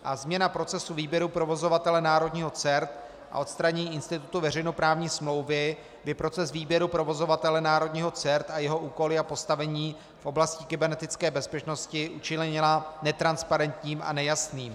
A změna procesu výběru provozovatele národního CERT a odstranění institutu veřejnoprávní smlouvy by proces výběru provozovatele národního CERT a jeho úkoly a postavení v oblasti kybernetické bezpečnosti učinila netransparentním a nejasným.